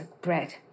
bread